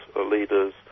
leaders